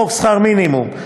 55. חוק שכר מינימום,